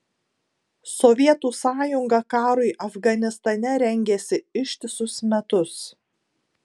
sovietų sąjunga karui afganistane rengėsi ištisus metus